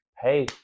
hey